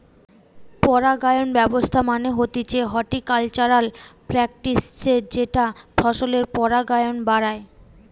পরাগায়ন ব্যবস্থা মানে হতিছে হর্টিকালচারাল প্র্যাকটিসের যেটা ফসলের পরাগায়ন বাড়ায়